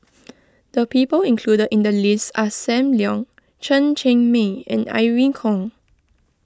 the people included in the list are Sam Leong Chen Cheng Mei and Irene Khong